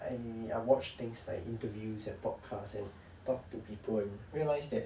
I I watch things like interviews and podcast and talk to people and realise that